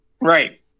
Right